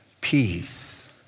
peace